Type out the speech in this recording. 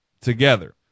together